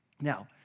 Now